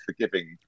forgiving